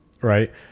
Right